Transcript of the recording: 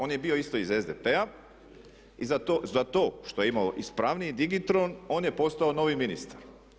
On je bio isto iz SDP-a i zato što je imao ispravniji digitron on je postao novi ministar.